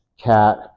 cat